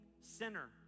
sinner